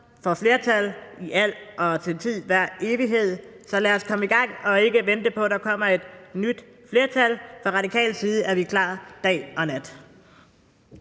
får flertal for tid og evighed, så lad os komme i gang og ikke vente på, at der kommer et nyt flertal. Fra radikal side er vi klar dag og nat.